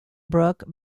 brook